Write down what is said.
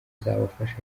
zabafasha